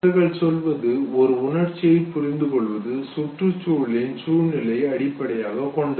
இவர்கள் சொல்வது ஒரு உணர்ச்சியை புரிந்துகொள்வது சுற்றுச்சூழலின் சூழ்நிலையை அடிப்படையாகக் கொண்டது